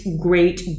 great